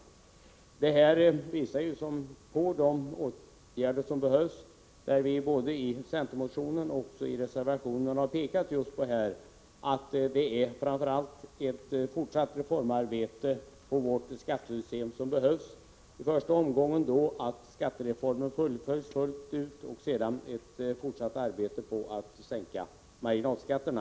; Både i centermotionen och i reservationen visar vi på de åtgärder som är nödvändiga och pekar på att det framför allt är fortsatta reformer av vårt skattesystem som behövs. I första omgången gäller det att skattereformen fullföljs fullt ut, och sedan behövs ett fortsatt arbete för att sänka marginalskatterna.